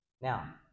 Now